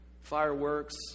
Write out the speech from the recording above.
Fireworks